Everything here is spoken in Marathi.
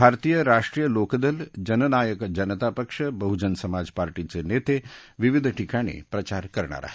भारतीय राष्ट्रीय लोक दल जननायक जनता पक्ष बहूजन समाज पार्टीचे नेते विविध ठिकाणी प्रचार करणार आहेत